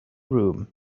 room